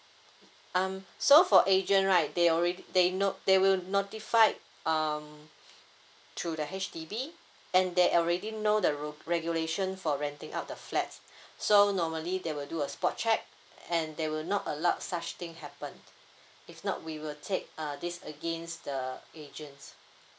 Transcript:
um so for agent right they already they know they will notify um through the H_D_B and they already know the rule regulation for renting out the flats so normally they will do a spot check and they will not allow such thing happen if not we will take uh this against the agents